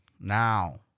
now